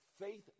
Faith